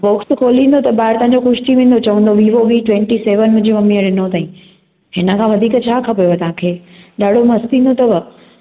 box खोलिंदो त ॿार तव्हांजो ख़ुशि थी वेंदो चवंदो वीवो वी ट्वैंटी सेवन मुंजी मम्मीअ ॾिनो ताईं इनखां वधीक छा खपेव तव्हांखे ॾाढो मस्तु ईंदो अथव